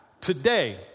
today